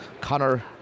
Connor